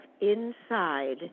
inside